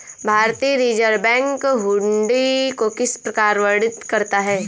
भारतीय reserve bank हुंडी को किस प्रकार वर्णित करता है?